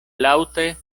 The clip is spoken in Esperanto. laŭte